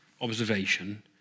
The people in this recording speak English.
observation